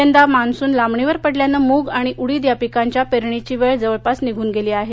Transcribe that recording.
यंदा मान्सून लांबणीवर पडल्यानं मूग आणि उडिद या पिकांच्या पेरणीची वेळ जवळपास निघून गेली आहे